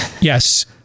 Yes